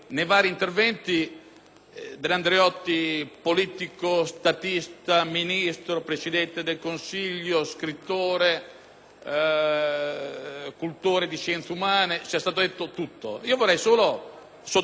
dell'Andreotti politico, statista, Ministro, Presidente del consiglio, scrittore, cultore di scienze umane sia stato detto tutto; vorrei solo sottolineare un tratto